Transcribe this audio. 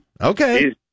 Okay